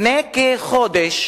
לפני כחודש